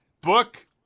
book